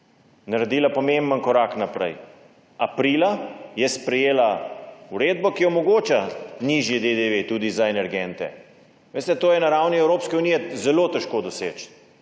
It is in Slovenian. naredila pomemben korak naprej – aprila je sprejela uredbo, ki omogoča nižji DDV tudi za energente. Veste, to je na ravni Evropske unije zelo težko doseči,